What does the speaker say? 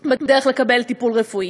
בדרך לקבל טיפול רפואי.